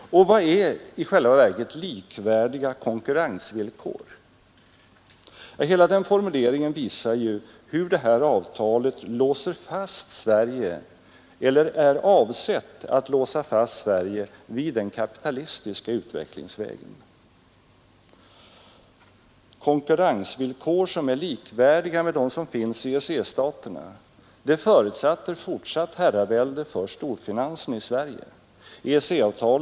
Och vad är i själva verket likvärdiga konkurrensvillkor? Den formuleringen visar hur detta avtal låser fast eller är avsett att låsa fast Sverige vid den kapitalistiska utvecklingsvägen. Konkurrensvillkor som är likvärdiga med dem som finns i EEC förutsätter fortsatt herravälde för storfinansen i Sverige.